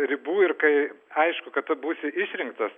ribų ir kai aišku kad tu būsi išrinktas